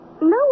No